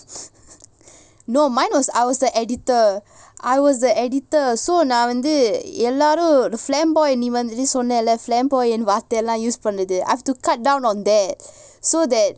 no mine was I was the editor I was the editor so நான்வந்துஎல்லோரும்:nan vandhu ellorum flamboyant நீசொன்னால:nee sonnala flamboyant வார்த்தைஎல்லாம்:varthai ellam I have to cut down on that so that